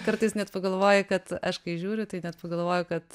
kartais net pagalvoji kad aš kai žiūri tai net pagalvoju kad